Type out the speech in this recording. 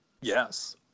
Yes